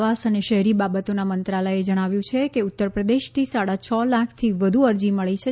આવાસ અને શહેરી બાબતોના મંત્રાલયે જણાવ્યું છે કે ઉત્તરપ્રદેશથી સાડા છ લાખથી વધુ અરજી મળી છે